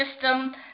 system